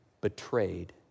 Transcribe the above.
betrayed